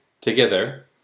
together